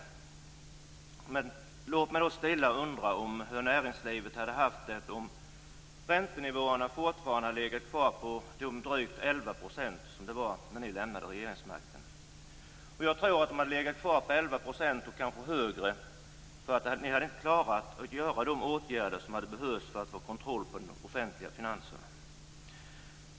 Men låt mig då stilla undra hur näringslivet hade haft det om räntenivåerna fortfarande hade legat kvar på de drygt 11 % där de låg när de borgerliga lämnade regeringsmakten. Jag tror att nivåerna i dag skulle ha legat kvar på 11 %, och kanske mer, om vi hade haft en fortsatt borgerlig regeringsmakt. De borgerliga hade nämligen inte klarat att vidta de åtgärder som behövts för att få kontroll på de offentliga finanserna.